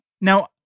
Now